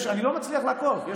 אני לא מצליח לעקוב,